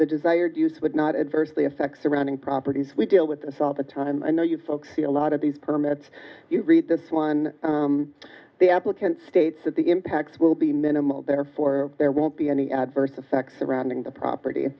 the desired use would not adversely affect surrounding properties we deal with this all the time and you folks see a lot of these permits you read this one the applicant states that the impacts will be minimal therefore there won't be any adverse effects surrounding the property